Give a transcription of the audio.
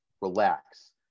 relax